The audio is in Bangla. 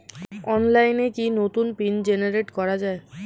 অনলাইনে কি নতুন পিন জেনারেট করা যায়?